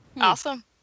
Awesome